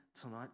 tonight